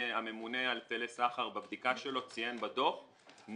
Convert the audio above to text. הממונה על היטלי סחר בבדיקה שלו ציין בדוח ש"נשר"